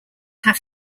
have